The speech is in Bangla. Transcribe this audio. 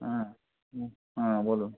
হ্যাঁ হ্যাঁ বলুন